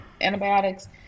antibiotics